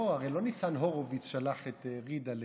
לא מכירה את המילים,